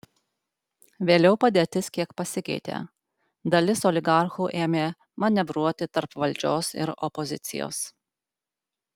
vėliau padėtis kiek pasikeitė dalis oligarchų ėmė manevruoti tarp valdžios ir opozicijos